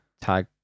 tag